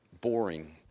Boring